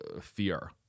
fear